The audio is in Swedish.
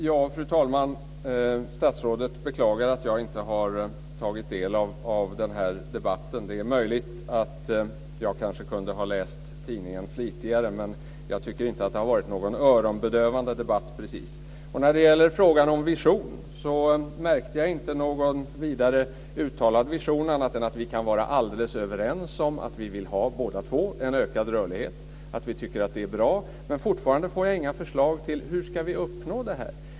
Fru talman! Statsrådet beklagar att jag inte har tagit del av debatten. Det är möjligt att jag kanske kunde ha läst tidningen flitigare, men jag tycker inte att det har varit någon öronbedövande debatt precis. Jag märkte inte någon vidare uttalad vision, annat än att vi båda två vill ha en ökad rörlighet, att vi tycker att det är bra. Men fortfarande får jag inte förslag till hur vi ska uppnå detta.